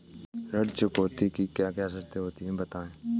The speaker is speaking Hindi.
ऋण चुकौती की क्या क्या शर्तें होती हैं बताएँ?